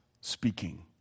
speaking